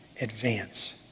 advance